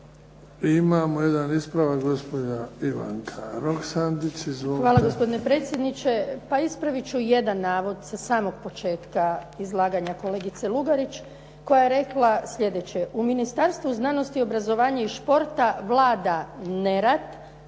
Hvala. Gospodine predsjedniče.